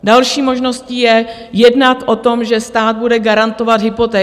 Další možností je jednat o tom, že stát bude garantovat hypotéky.